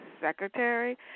secretary